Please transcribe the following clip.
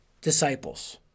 disciples